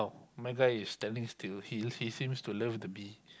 my guy is standing still he he seem to love the bee